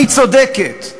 אני צודקת.